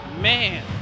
Man